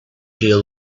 deal